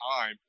time